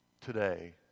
today